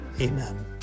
amen